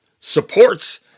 supports